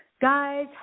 Guys